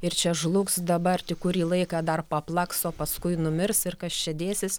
ir čia žlugs dabar tik kurį laiką dar paplaks o paskui numirs ir kas čia dėsis